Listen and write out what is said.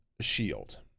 shield